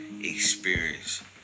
experience